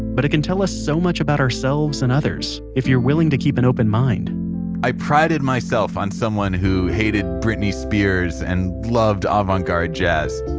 but it can tell us so much about ourselves and others, if you are willing to keep an open mind i prided myself on someone who hated britney spears and loved avant-garde jazz.